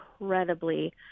incredibly